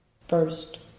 first